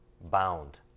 bound